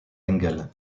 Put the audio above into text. engel